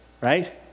right